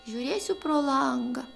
žiūrėsiu pro langą